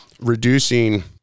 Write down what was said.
Reducing